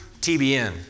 TBN